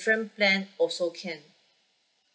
different plan also can